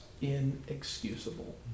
Inexcusable